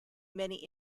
many